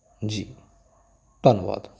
ਜੀ ਧੰਨਵਾਦ